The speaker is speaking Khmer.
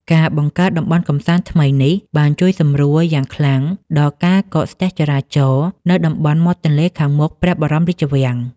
ការបង្កើតតំបន់កម្សាន្តថ្មីនេះ បានជួយសម្រួលយ៉ាងខ្លាំងដល់ការកកស្ទះចរាចរណ៍នៅតំបន់មាត់ទន្លេខាងមុខព្រះបរមរាជវាំង។